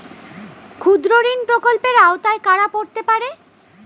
ক্ষুদ্রঋণ প্রকল্পের আওতায় কারা পড়তে পারে?